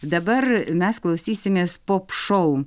dabar mes klausysimės pop šou